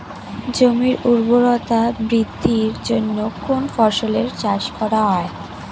জমির উর্বরতা বৃদ্ধির জন্য কোন ফসলের চাষ করা হয়?